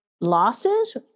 losses